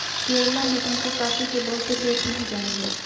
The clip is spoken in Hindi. केरला में तुमको कॉफी के बहुत से खेत मिल जाएंगे